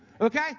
Okay